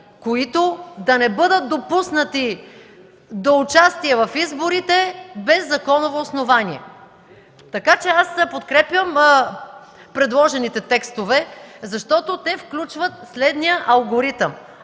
които да не бъдат допуснати до участие в изборите без законово основание. Така че аз подкрепям предложените текстове, защото те включват следния алгоритъм: